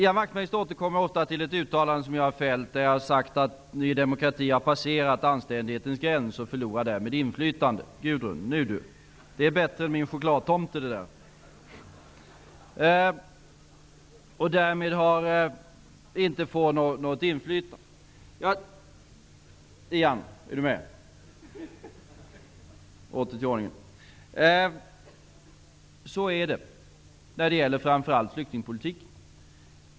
Ian Wachtmeister återkommer ofta till ett uttalande som jag har fällt, nämligen att Ny demokrati har passerat anständighetens gräns och därmed förlorar inflytande. Så är det när det gäller framför allt flyktingpolitiken.